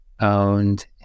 owned